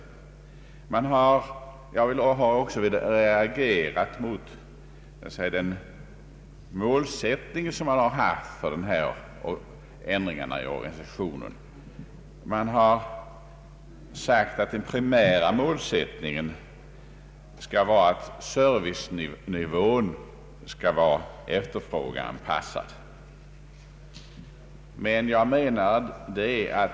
Jag har även reagerat mot den målsättning som man angivit för dessa ändringar i lotsorganisationen, nämligen en efterfrågeanpassad servicenivå.